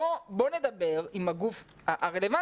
בואו נדבר עם הגוף הרלוונטי.